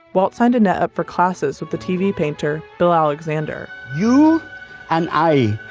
walt signed annette up for classes with the tv painter bill alexander. you and i,